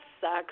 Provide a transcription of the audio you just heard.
sucks